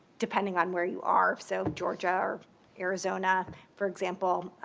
depending on where you are so georgia or arizona, for example,